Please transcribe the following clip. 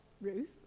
Ruth